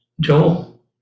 Joel